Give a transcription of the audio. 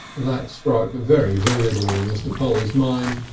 that stuck very vividly in mr. polly's mind,